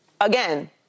again